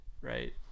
right